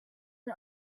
and